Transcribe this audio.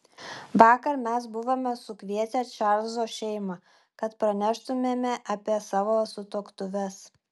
vakar mes buvome sukvietę čarlzo šeimą kad praneštumėme apie savo sutuoktuves